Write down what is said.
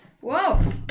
Whoa